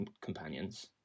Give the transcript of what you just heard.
companions